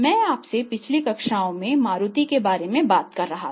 मैं आपसे पिछली कक्षाओं में मारुति के बारे में बात कर रहा था